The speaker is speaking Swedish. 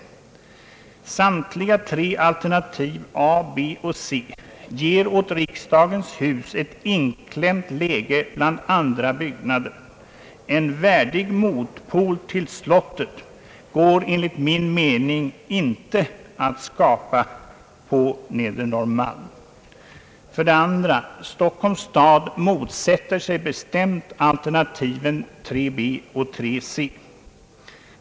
För det första ger samtliga tre alternativ a, b och c åt riksdagens hus ett inklämt läge bland andra byggnader. En värdig motpol till slottet går enligt min mening inte att skapa på Nedre Norrmalm. För det andra motsätter sig Stockholms stad bestämt alternativen 3 b och 3e.